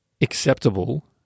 acceptable